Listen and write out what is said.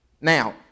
Now